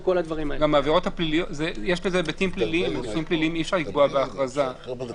יש בזה היבטים פליליים, אי-אפשר לקבוע בהכרזה.